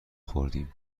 خوردیم